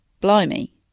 blimey